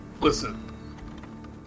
Listen